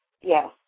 yes